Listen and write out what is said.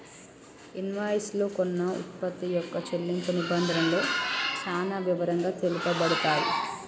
invoice లో కొన్న వుత్పత్తి యొక్క చెల్లింపు నిబంధనలు చానా వివరంగా తెలుపబడతయ్